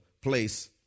place